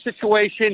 situation